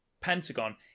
Pentagon